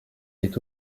est